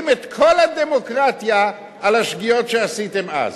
את כל הדמוקרטיה על השגיאות שעשיתם אז.